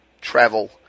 travel